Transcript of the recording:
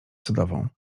sodową